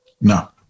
No